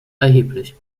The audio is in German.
erheblich